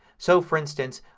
so, for instance,